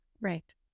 Right